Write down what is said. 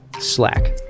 Slack